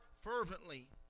fervently